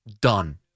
done